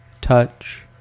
touch